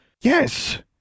Yes